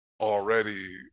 already